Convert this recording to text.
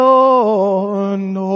Lord